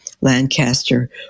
Lancaster